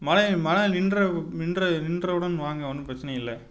மழை மழை நின்ற நின்ற நின்றவுடன் வாங்க ஒன்றும் பிரச்சினை இல்லை